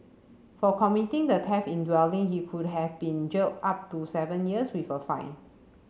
for committing the theft in dwelling he could have been jailed up to seven years with a fine